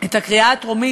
את הקריאה הראשונה,